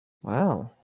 wow